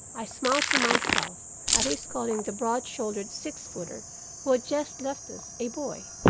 i smiled to myself at his calling the broad shouldered six-footer who had just left us a boy,